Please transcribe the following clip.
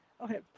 Okay